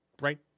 right